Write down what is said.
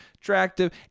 attractive